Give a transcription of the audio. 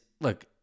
look